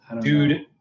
Dude